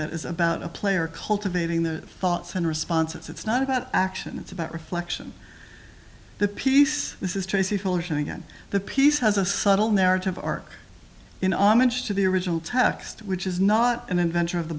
that is about a player cultivating the thoughts in response it's not about action it's about reflection the piece this is tracy fuller and again the piece has a subtle narrative arc in homage to the original text which is not an inventor of the